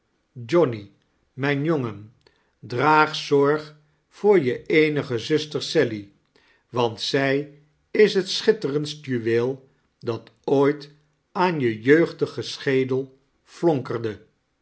johnny mijn jongen draag zorg voor je eenige zuster sally want zq is het schitterendst juweel dat ooit aan je jeugdigen scbedel flonkerde